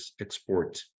export